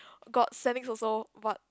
got Saint-Nic's also but